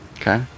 Okay